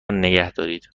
نگهدارید